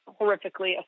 horrifically